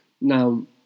Now